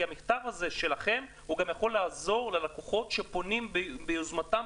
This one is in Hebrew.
כי המכתב הזה שלכם גם יכול לעזור ללקוחות שפונים ביוזמתם,